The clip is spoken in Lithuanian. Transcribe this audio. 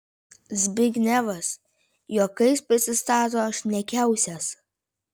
zbignevas juokais prisistato šnekiausias